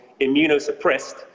immunosuppressed